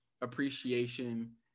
appreciation